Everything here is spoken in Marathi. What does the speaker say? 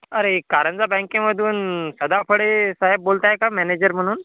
अरे कारंजा बँकेमधून सदाफडे साहेब बोलताय का मॅनेजर म्हणून